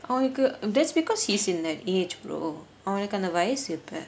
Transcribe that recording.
அவனுக்கு:avanuku that's because he's in that age அவனுக்கு அந்த வயசு இப்ப:avanuku antha vayasu ippa